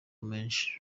menshi